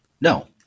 No